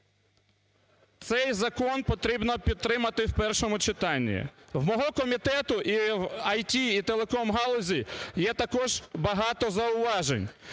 цей закон потрібно підтримати в першому читанні. В мого комітету і в ІТ, і телекомгалузі є також багато зауважень.